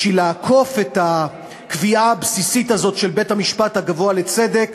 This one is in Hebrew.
בשביל לעקוף את הקביעה הבסיסית הזאת של בית-המשפט הגבוה לצדק,